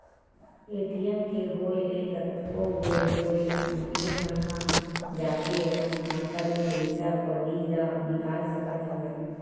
ATM के होय ले कतको बेर होय मनखे मन ह जाके अपन खाता ले पइसा कउड़ी ल निकाल सकत हवय